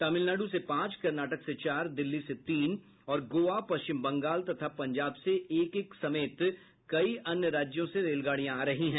तमिलनाडु से पांच कर्नाटक से चार दिल्ली से तीन और गोवा पश्चिम बंगाल तथा पंजाब से एक एक समेत कई अन्य राज्यों से रेलगाड़ियां आ रही हैं